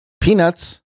Peanuts